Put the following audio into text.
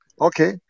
Okay